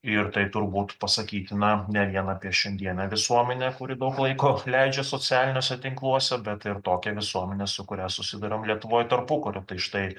ir tai turbūt pasakytina ne vien apie šiandienę visuomenę kuri daug laiko leidžia socialiniuose tinkluose bet ir tokią visuomenę su kuria susiduriam lietuvoj tarpukariu tai štai